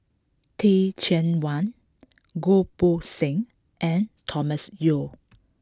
Teh Cheang Wan Goh Poh Seng and Thomas Yeo